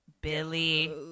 Billy